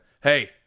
Hey